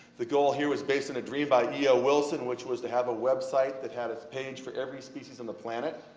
the goal here was based on a dream by e. o. wilson, which was to have a website that had a page for every species on the planet,